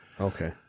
Okay